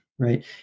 right